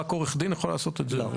שרק עורך דין יכול לעשות את זה?